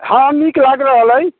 हँ नीक लागि रहल अइ